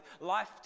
life